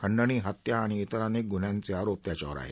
खंडणी हत्या आणि तिर अनेक गुन्ह्यांचे आरोप त्याच्यावर आहेत